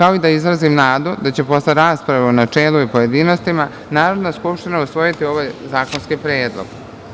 Želim i da izrazim nadu da će posle rasprave u načelu i pojedinostima Narodna skupština usvojiti ovaj zakonski predlog.